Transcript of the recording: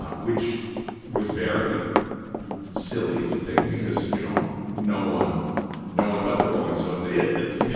ah which was very silly to think because, you know, no one no one but the rolling stones is. yeah.